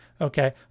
Okay